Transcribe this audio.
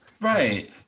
right